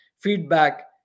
feedback